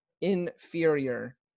inferior